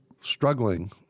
struggling